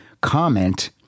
comment